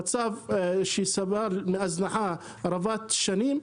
המצב הוא של הזנחה רבת שנים.